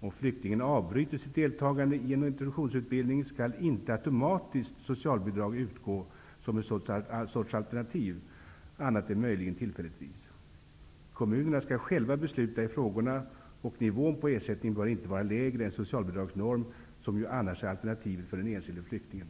Om flyktingen avbryter sitt deltagande i en introduktionsutbildning, skall socialbidrag inte automatiskt utgå som en sorts alternativ, annat än möjligen tillfälligtvis. Kommunerna skall själva besluta i frågorna, och nivån på ersättningen bör inte vara lägre än socialbidragsnormen -- som ju annars är alternativet för den enskilde flyktingen.